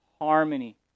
harmony